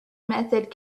method